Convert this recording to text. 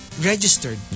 registered